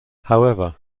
however